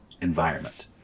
environment